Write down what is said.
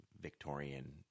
Victorian